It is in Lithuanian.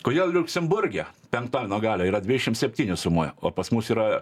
kodėl liuksemburge penkta nuo galio yra dvidešim septyni sumoj o pas mus yra